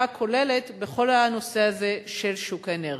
הכוללת בכל הנושא הזה של שוק האנרגיה.